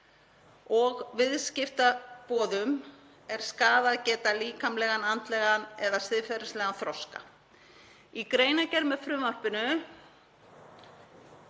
og viðskiptaboðum er skaðað geta líkamlegan, andlegan eða siðferðislegan þroska. Í greinargerð með frumvarpinu